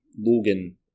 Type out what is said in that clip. Logan